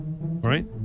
right